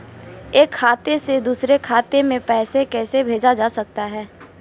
एक खाते से दूसरे खाते में पैसा कैसे भेजा जा सकता है?